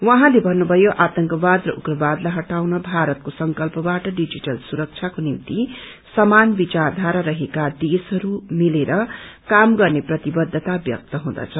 उझँले भन्नुभयो आतंकवाद र उप्रवादलाई इटाउन भारतको संकल्पबाट डिजिटल सुरबाको निम्ति समान विचारधारा रहेका देश्रहरू मिलेर काम गर्ने प्रतिबद्धता व्यक्त हुँदछ